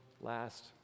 last